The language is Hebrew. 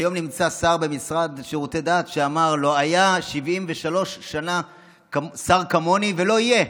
כיום נמצא שר במשרד לשירותי דת שאמר: לא היה 73 שנה שר כמוני ולא יהיה.